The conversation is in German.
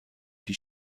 die